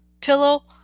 Pillow